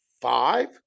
five